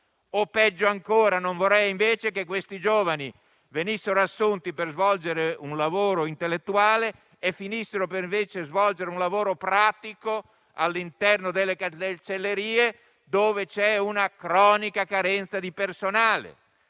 o peggio ancora non vorrei invece che questi giovani venissero assunti per svolgere un lavoro intellettuale e finissero invece per svolgere un lavoro pratico all'interno delle cancellerie, dove c'è una cronica carenza di personale.